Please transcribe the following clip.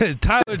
Tyler